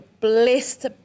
blessed